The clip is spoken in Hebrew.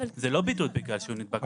זה לא בידוד בגלל שהוא נדבק,